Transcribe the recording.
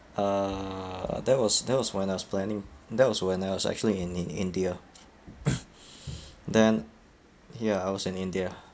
uh that was that was when I was planning that was when I was actually in in india then ya I was in india